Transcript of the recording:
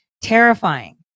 terrifying